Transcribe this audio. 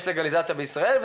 יש לגליזציה בישראל?